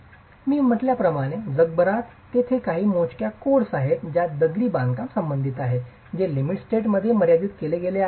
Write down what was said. मी म्हटल्याप्रमाणे जगभरात तेथे काही मोजक्या कोड्स आहेत ज्यात दगडी बांधकाम संबंधित आहे जे लिमिट स्टेट मर्यादेमध्ये गेले आहेत